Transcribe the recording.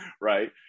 right